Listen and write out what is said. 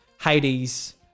Hades